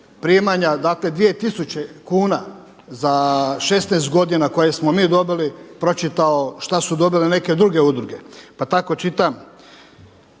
primanja dakle dvije tisuće kuna za 16 godina koje smo mi dobili pročitao šta su dobile neke druge udruge. Pa tako čitam